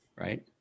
Right